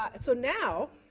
ah so now,